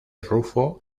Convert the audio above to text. rufo